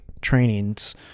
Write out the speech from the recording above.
trainings